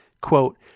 Quote